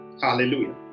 hallelujah